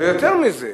יותר מזה,